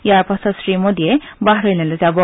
ইয়াৰ পাছত শ্ৰীমোদীয়ে বাহৰেইনলৈ যাব